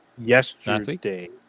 yesterday